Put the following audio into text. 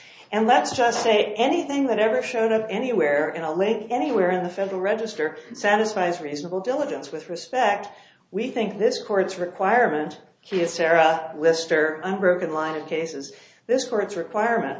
and let's just say anything that ever showed of anywhere in a lake anywhere in the federal register satisfies reasonable diligence with respect we think this court's requirement he is sarah lester unbroken line of cases this court's requirement